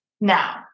now